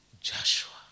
Joshua